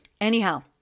Anyhow